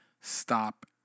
stop